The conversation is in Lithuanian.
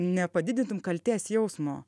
nepadidintum kaltės jausmo